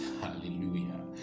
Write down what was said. Hallelujah